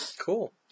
Cool